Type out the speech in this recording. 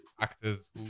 actors